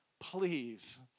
please